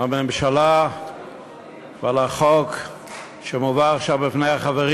הממשלה ועל החוק שמובא עכשיו בפני החברים,